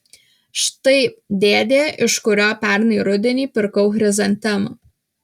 štai dėdė iš kurio pernai rudenį pirkau chrizantemą